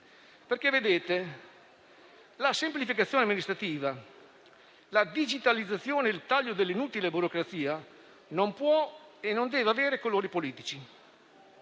e decisi. La semplificazione amministrativa, la digitalizzazione e il taglio dell'inutile burocrazia non possono e non devono avere colori politici.